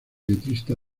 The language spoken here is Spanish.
letrista